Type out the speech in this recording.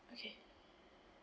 okay